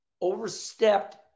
overstepped